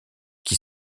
qui